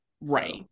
right